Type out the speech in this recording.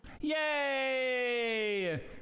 Yay